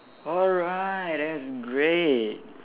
alright that's great